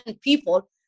people